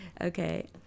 Okay